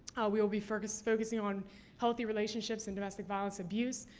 we will be focusing focusing on healthy relationships and domestic violence abuse.